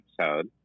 episode